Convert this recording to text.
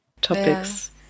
topics